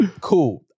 Cool